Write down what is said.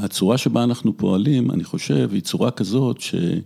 ‫הצורה שבה אנחנו פועלים, ‫אני חושב, היא צורה כזאת ש...